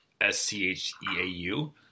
S-C-H-E-A-U